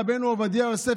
רבנו עובדיה יוסף,